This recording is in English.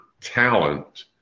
talent